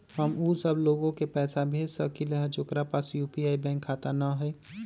हम उ सब लोग के पैसा भेज सकली ह जेकरा पास यू.पी.आई बैंक खाता न हई?